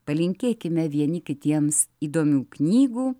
palinkėkime vieni kitiems įdomių knygų